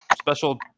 special